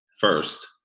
first